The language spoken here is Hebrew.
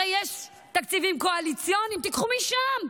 הרי יש תקציבים קואליציוניים, תיקחו משם.